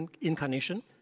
incarnation